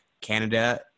canada